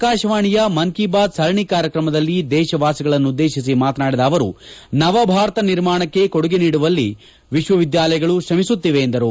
ಆಕಾಶವಾಣಿಯ ಮನ್ ಕಿ ಬಾತ್ ಸರಣಿ ಕಾರ್ಯಕ್ರಮದಲ್ಲಿ ದೇಶವಾಸಿಗಳನ್ನು ಉದ್ದೇಶಿಸಿ ಮಾತನಾಡಿದ ಅವರು ನವ ಭಾರತ ನಿರ್ಮಾಣಕ್ಕೆ ಕೊಡುಗೆ ನೀಡುವಲ್ಲಿ ವಿಶ್ವವಿದ್ಯಾಲಯಗಳು ಶ್ರಮಿಸುತ್ತಿವೆ ಎಂದರು